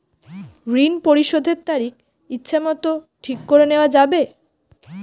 ঋণ পরিশোধের তারিখ ইচ্ছামত ঠিক করে নেওয়া যাবে?